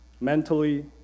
mentally